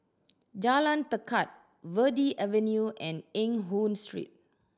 Jalan Tekad Verde Avenue and Eng Hoon Street